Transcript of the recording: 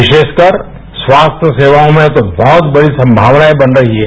विशेषकर स्वास्थ्य सेवाओं में तो बहुत बड़ी संगावनाएं बन रही हैं